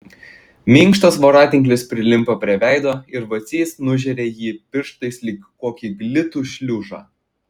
minkštas voratinklis prilimpa prie veido ir vacys nužeria jį pirštais lyg kokį glitų šliužą